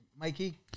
Mikey